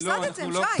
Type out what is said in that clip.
הפסדתם, שי.